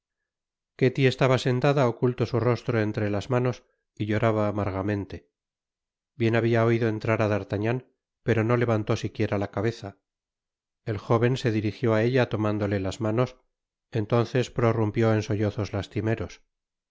doncella ketty estaba sentada oculto su rostro entre las manos y lloraba amargamente bien habia oido entrar á d'artagnan pero no levantó siquiera la cabeza el jóven se dirijió á ella lomándole las manos entonces prorumpió en sollozos lastimeros